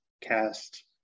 cast